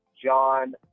John